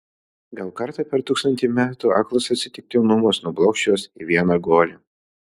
gal kartą per tūkstantį metų aklas atsitiktinumas nublokš juos į vieną guolį